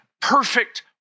perfect